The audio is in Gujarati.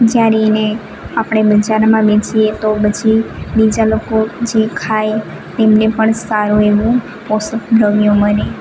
જ્યારે એને આપણે બજારમાં વેચીએ તો પછી બીજા લોકો જે ખાય તેમને પણ સારો એવો પોષક દ્રવ્ય મળે